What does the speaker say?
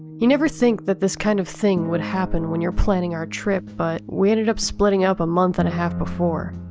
you never think that this kind of thing will happen when you're planning our trip but, we ended up splitting up a month and half before.